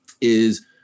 is-